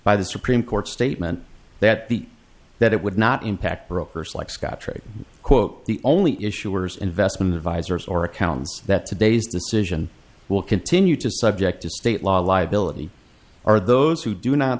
by the supreme court statement that the that it would not impact brokers like scott trade quote the only issuers investment advisors or accountants that today's decision will continue to subject to state law liability are those who do not